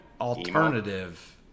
alternative